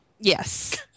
Yes